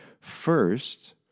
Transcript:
First